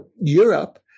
Europe